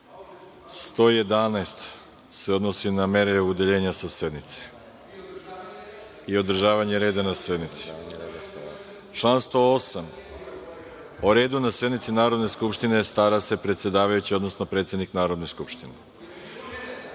111. se odnosi na mere udaljenja sa sednice i održavanje reda na sednici. Član 108. – o redu na sednici Narodne skupštine stara se predsedavajući, odnosno predsednik Narodne skupštine.(Nemanja